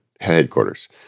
headquarters